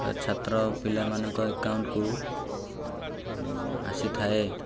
ଛାତ୍ର ପିଲାମାନଙ୍କ ଆକାଉଣ୍ଟ୍କୁ ଆସିଥାଏ